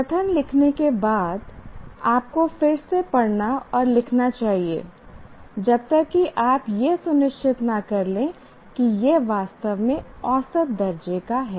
कथन लिखने के बाद आपको फिर से पढ़ना और लिखना चाहिए जब तक कि आप यह सुनिश्चित न कर लें कि यह वास्तव में औसत दर्जे का है